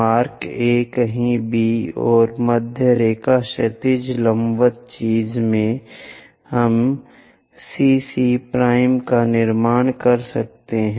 mark A कहीं B और मध्य रेखा क्षैतिज लंबवत चीज में हम CC' का निर्माण कर सकते हैं